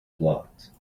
blocked